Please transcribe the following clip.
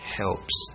helps